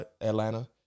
atlanta